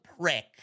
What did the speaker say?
prick